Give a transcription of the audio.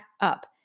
up